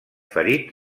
ferit